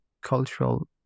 cultural